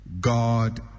God